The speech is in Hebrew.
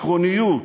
בעקרוניות,